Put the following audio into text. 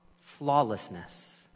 flawlessness